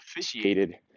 officiated